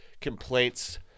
complaints